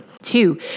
Two